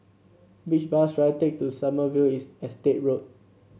which bus should I take to Sommerville Estate Road